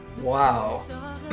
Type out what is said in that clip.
Wow